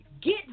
Get